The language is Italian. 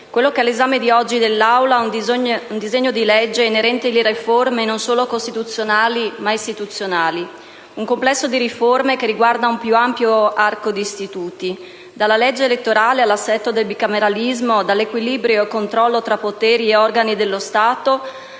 quello che oggi è all'esame dell'Aula è un disegno di legge inerente alle riforme non solo costituzionali, ma istituzionali. Un complesso di riforme che riguarda un più ampio arco di istituti: dalla legge elettorale all'assetto del bicameralismo, dall'equilibrio e controllo tra poteri e organi dello Stato